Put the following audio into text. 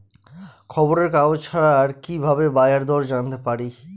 খবরের কাগজ ছাড়া আর কি ভাবে বাজার দর জানতে পারি?